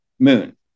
Moon